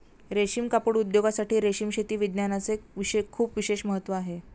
रेशीम कापड उद्योगासाठी रेशीम शेती विज्ञानाचे खूप विशेष महत्त्व आहे